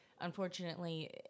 Unfortunately